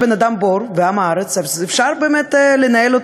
ולא באלה שאחריהן.